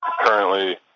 Currently